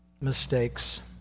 mistakes